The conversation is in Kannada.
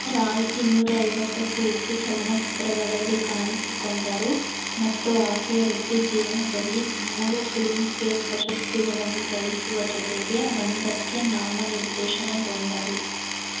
ರಾಯ್ ಇನ್ನೂರೈವತ್ತಕ್ಕೂ ಹೆಚ್ಚು ಚಲನಚಿತ್ರಗಳಲ್ಲಿ ಕಾಣಿಸಿಕೊಂಡರು ಮತ್ತು ಆಕೆಯ ವೃತ್ತಿಜೀವನದಲ್ಲಿ ಮೂರು ಫಿಲ್ಮ್ಫೇರ್ ಪ್ರಶಸ್ತಿಗಳನ್ನು ಗಳಿಸುವ ಜೊತೆಗೆ ಒಂದಕ್ಕೆ ನಾಮ ನಿರ್ದೇಶನಗೊಂಡರು